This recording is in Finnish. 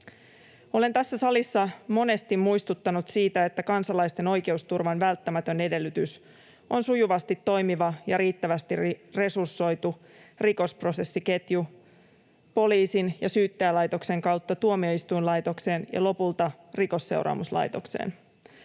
Olen tässä salissa monesti muistuttanut siitä, että kansalaisten oikeusturvan välttämätön edellytys on sujuvasti toimiva ja riittävästi resursoitu rikosprosessiketju poliisin ja syyttäjälaitoksen kautta tuomioistuinlaitokseen ja lopulta rikosseuraamuslaitokseen.